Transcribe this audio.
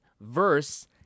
verse